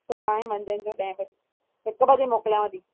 सुभाणे मंझंदि जो ॾहें बजे हिकु बजे मोकिलियांव थी